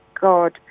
God